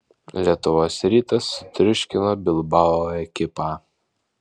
lietuvos rytas sutriuškino bilbao ekipą